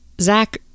Zach